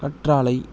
கற்றாழை